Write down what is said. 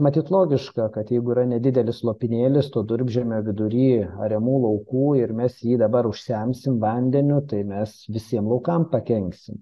matyt logiška kad jeigu yra nedidelis lopinėlis to durpžemio vidury ariamų laukų ir mes jį dabar užsemsim vandeniu tai mes visiem laukam pakenksim